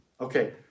Okay